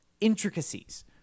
intricacies